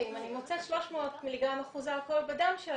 אם אני מוצאת 300 מ"ג אחוז אלכוהול בדם שלה,